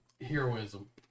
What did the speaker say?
heroism